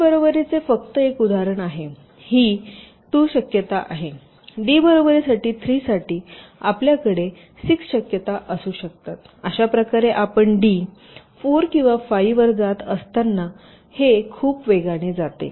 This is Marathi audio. डी बराबरीचे फक्त एक उदाहरण आहे ही 2 शक्यता आहेत डी बरोबरी 3 साठी आपल्याकडे 6 शक्यता असू शकतात अशा प्रकारे आपण डी 4 किंवा 5 वर जात असताना हे खूप वेगाने जाते